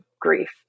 grief